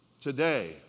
today